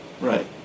Right